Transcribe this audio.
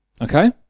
Okay